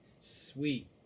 Sweet